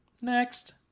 Next